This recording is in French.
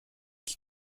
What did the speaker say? qui